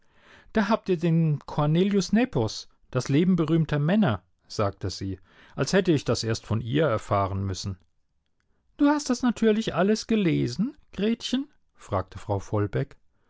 da habt ihr den cornelius nepos das leben berühmter männer sagte sie als hätte ich das erst von ihr erfahren müssen du hast das natürlich alles gelesen gretchen fragte frau